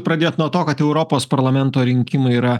pradėt nuo to kad europos parlamento rinkimai yra